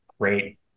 great